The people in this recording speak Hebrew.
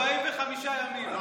45 ימים.